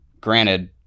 granted